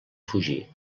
fugir